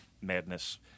madness